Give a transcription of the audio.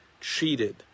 cheated